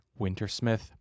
Wintersmith